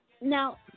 Now